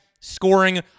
scoring